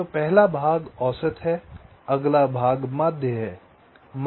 तो पहला भाग औसत है अगला भाग माध्य है